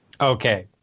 Okay